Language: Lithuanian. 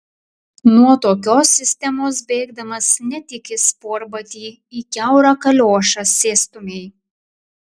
nuo tokios sistemos bėgdamas ne tik į sportbatį į kiaurą kaliošą sėstumei